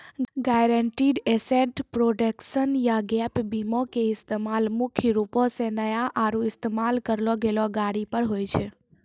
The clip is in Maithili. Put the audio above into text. गायरंटीड एसेट प्रोटेक्शन या गैप बीमा के इस्तेमाल मुख्य रूपो से नया आरु इस्तेमाल करलो गेलो गाड़ी पर होय छै